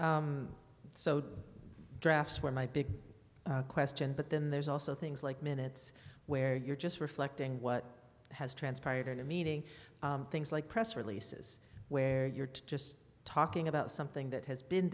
right so drafts where my big question but then there's also things like minutes where you're just reflecting what has transpired in a meeting things like press releases where you're to just talking about something that has been